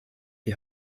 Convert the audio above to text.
die